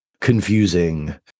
confusing